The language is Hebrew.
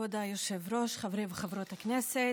כבוד היושב-ראש, חברי וחברות הכנסת,